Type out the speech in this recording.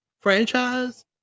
franchise